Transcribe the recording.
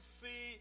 see